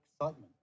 excitement